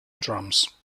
drums